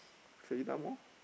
Seletar-Mall